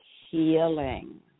healing